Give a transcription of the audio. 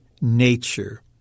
nature